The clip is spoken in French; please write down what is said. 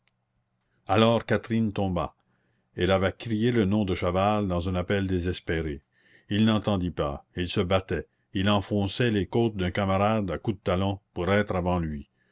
alors catherine tomba elle avait crié le nom de chaval dans un appel désespéré il n'entendit pas il se battait il enfonçait les côtes d'un camarade à coups de talon pour être avant lui